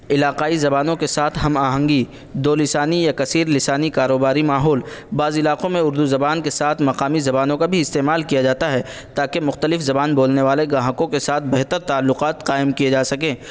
علاقائی زبانوں کے ساتھ ہم آہنگی دو لسانی یا کثیر لسانی کاروباری ماحول بعض علاقوں میں اردو زبان کے ساتھ مقامی زبانوں کا بھی استعمال کیا جاتا ہے تاکہ مختلف زبان بولنے والے گاہکوں کے ساتھ بہتر تعلقات قائم کیے جا سکیں